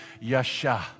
Yasha